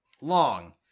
long